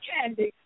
Candy